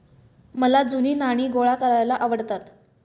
मला जुनी नाणी गोळा करायला आवडतात